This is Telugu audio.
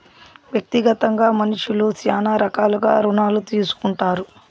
వ్యక్తిగతంగా మనుష్యులు శ్యానా రకాలుగా రుణాలు తీసుకుంటారు